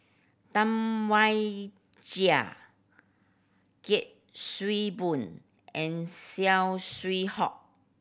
Tam Wai Jia Kuik Swee Boon and Saw Swee Hock